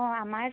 অঁ আমাৰ